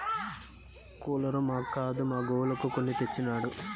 cooler మాక్కాదు మా గోవులకు కొని తెచ్చినాడు